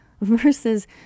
versus